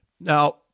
Now